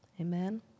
Amen